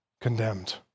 condemned